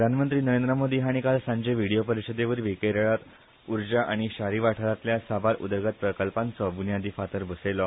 प्रधानमंत्री नरेंद्र मोदी हाणी काल सांजे व्हिडीओ परिषदेवरवी केरळान उर्जा आनी शारी वाठारांतल्या साबार उदरगत प्रकल्पांचो ब्न्यादी फातर घालो